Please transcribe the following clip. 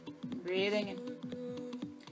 Breathing